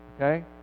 okay